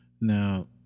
Now